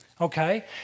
Okay